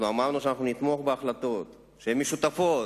אנחנו אמרנו שאנחנו נתמוך בהחלטות, שהן משותפות,